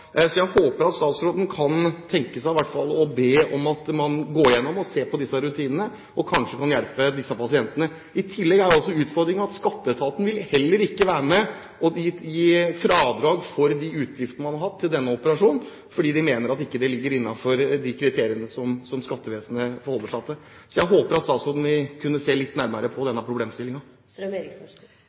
Så jeg håper at statsråden kan tenke seg å be om at man ser på disse rutinene, slik at man kanskje kan hjelpe disse pasientene. I tillegg er utfordringen at Skatteetaten ikke vil gi fradrag for de utgiftene man har hatt til denne operasjonen. De mener at dette ikke kommer inn under de kriteriene som skattevesenet forholder seg til. Jeg håper at statsråden vil se litt nærmere på denne